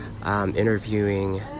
interviewing